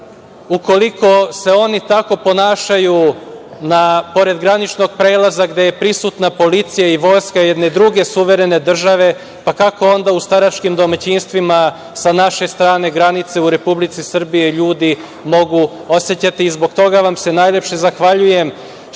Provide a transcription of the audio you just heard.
Ukoliko se oni tako ponašaju pored graničnog prelaza gde je prisutna policija i vojska jedne druge suverene države, kako se onda u staračkim domaćinstvima sa naše strane granice u Republici Srbiji, ljudi mogu osećati i zbog toga vam se najlepše zahvaljujem, što ste rekli